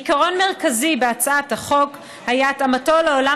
עיקרון מרכזי בהצעת החוק היה התאמתו לעולם